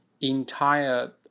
entire